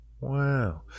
Wow